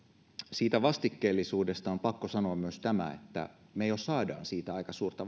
siitä vastikkeellisuudesta on pakko sanoa myös tämä me jo saamme siitä aika suurta